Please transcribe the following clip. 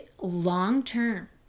long-term